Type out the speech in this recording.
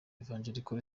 evangelical